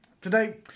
today